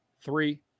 three